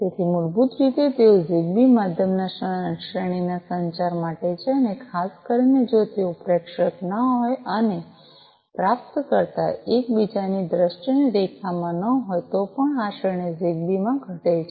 તેથી મૂળભૂત રીતે તેઓ ઝીગબી મધ્યમ શ્રેણીના સંચાર માટે છે અને ખાસ કરીને જો તેઓ પ્રેષક ન હોય અને પ્રાપ્તકર્તા એકબીજાની દૃષ્ટિની રેખામાં ન હોય તો પણ આ શ્રેણી ઝીગબી માં ઘટે છે